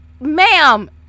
Ma'am